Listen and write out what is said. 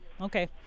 okay